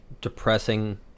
depressing